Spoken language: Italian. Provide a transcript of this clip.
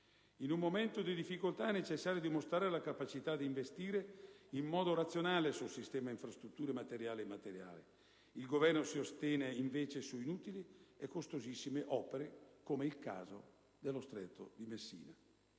In un momento di difficoltà è necessario dimostrare la capacità di investire in modo razionale sul sistema delle infrastrutture, materiale e immateriale. Il Governo si ostina invece su inutili e costosissime opere, come nel caso del ponte sullo Stretto di Messina.